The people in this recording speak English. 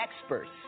experts